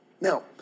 Now